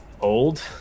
old